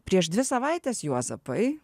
prieš dvi savaites juozapai